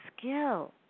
skill